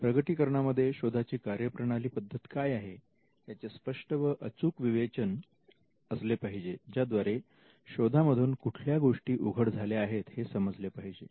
प्रकटीकरणामध्ये शोधाची कार्यप्रणाली पद्धत काय आहे याचे स्पष्ट व अचूक विवेचन असले पाहिजे ज्याद्वारे शोधा मधून कुठल्या गोष्टी उघड झाल्या आहेत हे समजले पाहिजे